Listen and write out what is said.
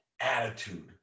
attitude